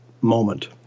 moment